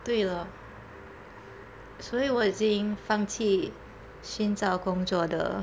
对了所以我已经放弃寻找工作的